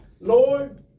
Lord